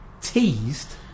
teased